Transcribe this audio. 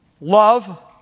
love